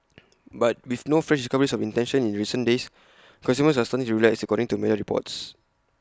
but with no fresh discoveries of intention in recent days consumers are starting to relax according to media reports